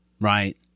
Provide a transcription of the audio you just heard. right